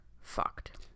fucked